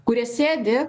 kurie sėdi